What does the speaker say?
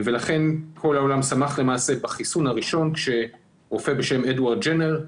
לכן כל העולם שמח בחיסון הראשון כאשר רופא בשם אדוארד ג'נר,